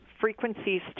Frequencies